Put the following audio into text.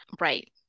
Right